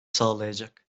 sağlayacak